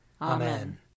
Amen